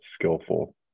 skillful